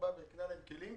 תוכנית היל"ה הקנתה להם כלים.